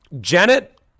Janet